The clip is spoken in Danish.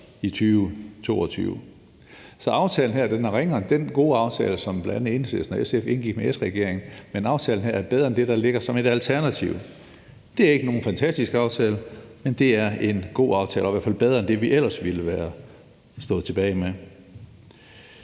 sig. Så aftalen her er ringere end den gode aftale, som bl.a. Enhedslisten og SF indgik med S-regeringen, men aftalen her er bedre end det, der ligger som et alternativ. Det ikke nogen fantastisk aftale, men det er en god aftale og i hvert fald en bedre aftale en det, vi ellers ville have stået tilbage med.